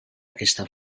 aquesta